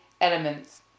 elements